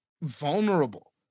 vulnerable